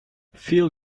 phil